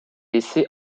laissé